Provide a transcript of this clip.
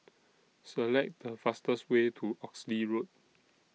Select The fastest Way to Oxley Road